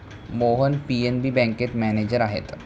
Mohan PNB बँकेत manager आहेत